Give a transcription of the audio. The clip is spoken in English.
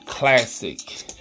Classic